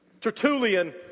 Tertullian